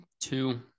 two